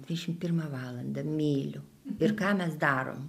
dvidešim pirmą valandą myliu ir ką mes darom